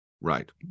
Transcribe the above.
Right